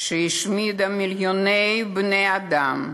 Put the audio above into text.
שהשמידה מיליוני בני-אדם,